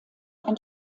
ein